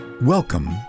Welcome